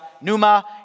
Numa